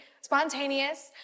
spontaneous